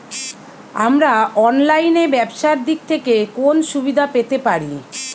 আমরা অনলাইনে ব্যবসার দিক থেকে কোন সুবিধা পেতে পারি?